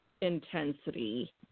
intensity